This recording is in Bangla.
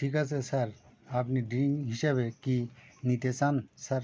ঠিক আছে স্যার আপনি ড্রিঙ্ক হিসাবে কী নিতে চান স্যার